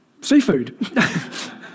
seafood